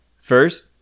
First